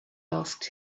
asked